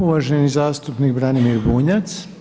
Uvaženi zastupnik Branimir Bunjac.